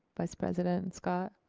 vice president scott?